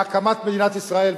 להקמת מדינת ישראל,